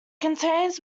contains